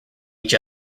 each